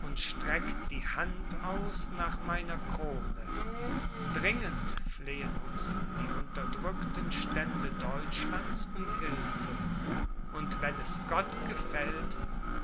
und streckt die hand aus nach meiner krone dringend flehen uns die unterdrückten stände deutschlands um hilfe und wenn es gott gefällt